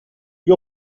gli